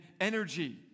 energy